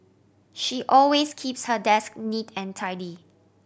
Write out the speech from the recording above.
she always keeps her desk neat and tidy